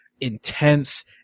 intense